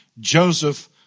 Joseph